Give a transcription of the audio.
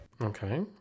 Okay